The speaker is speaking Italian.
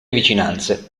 vicinanze